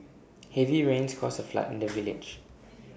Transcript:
heavy rains caused A flood in the village